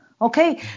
Okay